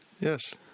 Yes